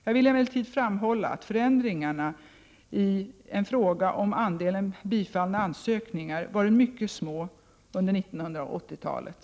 Jag vill emellertid framhålla att förändringarna i fråga om andelen bifallna ansökningar varit mycket små under 1980-talet.